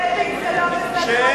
לא נכון.